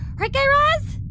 right, guy raz?